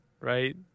right